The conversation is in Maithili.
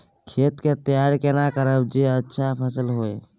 खेत के तैयारी केना करब जे अच्छा फसल होय?